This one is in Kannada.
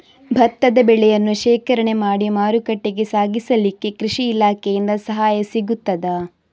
ಭತ್ತದ ಬೆಳೆಯನ್ನು ಶೇಖರಣೆ ಮಾಡಿ ಮಾರುಕಟ್ಟೆಗೆ ಸಾಗಿಸಲಿಕ್ಕೆ ಕೃಷಿ ಇಲಾಖೆಯಿಂದ ಸಹಾಯ ಸಿಗುತ್ತದಾ?